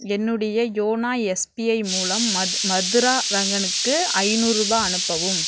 என்னுடைய YONO SBI மூலம் மது மதுரா ரங்கனுக்கு ஐந்நூறுரூபா அனுப்பவும்